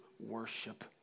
worship